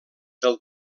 del